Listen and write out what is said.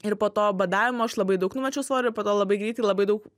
ir po to badavimo aš labai daug numečiau svorio po to labai greitai labai daug